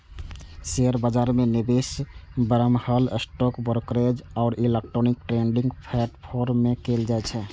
share बाजार मे निवेश बरमहल स्टॉक ब्रोकरेज आ इलेक्ट्रॉनिक ट्रेडिंग प्लेटफॉर्म सं कैल जाइ छै